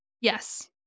yes